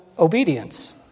obedience